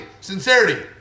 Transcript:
sincerity